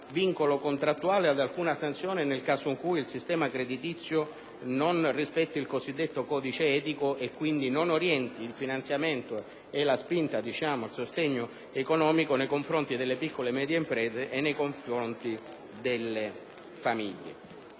vincolo contrattuale ed alcuna sanzione nel caso in cui il sistema creditizio non rispetti il cosiddetto codice etico e quindi non orienti il finanziamento e la spinta, il sostegno economico, nei confronti delle piccole e medie imprese e delle famiglie.